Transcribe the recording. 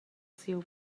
siu